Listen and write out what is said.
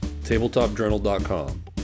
TabletopJournal.com